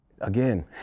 Again